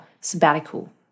sabbatical